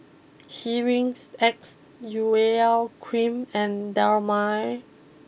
Hygin X Urea cream and Dermale